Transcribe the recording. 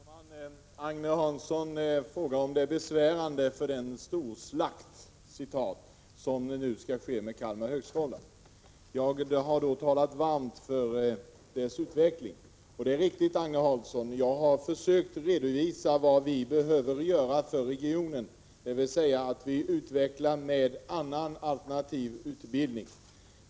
Herr talman! Agne Hansson frågade om det är besvärande med den ”storslakt” som nu skall ske med Kalmar högskola. Jag har talat varmt för dess utveckling. Jag har försökt redovisa vad vi behöver göra för regionen, nämligen utveckla en alternativ utbildning.